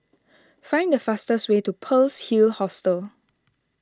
find the fastest way to Pearl's Hill Hostel